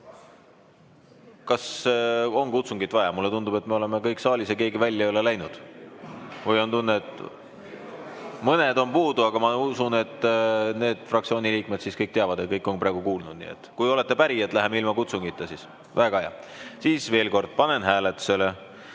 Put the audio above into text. Kas on kutsungit vaja? Mulle tundub, et me oleme kõik saalis ja keegi välja ei ole läinud. Või on tunne, et ... (Hääl saalis.) Mõned on puudu, aga ma usun, et need fraktsiooni liikmed kõik teavad ja kõik on praegu kuulnud, nii et kui olete päri, et läheme ilma kutsungita, siis ... Väga hea! Siis veel kord. Panen hääletusele